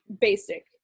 basic